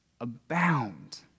abound